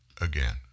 again